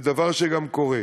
זה דבר שגם קורה.